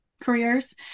careers